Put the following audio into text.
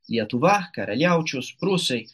lietuva karaliaučius prūsai